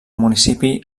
municipi